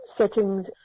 settings